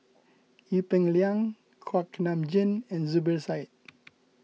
Ee Peng Liang Kuak Nam Jin and Zubir Said